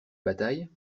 bataille